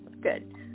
Good